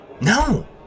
No